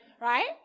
right